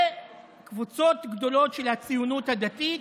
וקבוצות גדולות של הציונות הדתית,